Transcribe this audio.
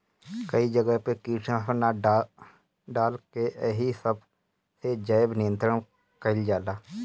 कई जगह पे कीटनाशक ना डाल के एही सब से जैव नियंत्रण कइल जाला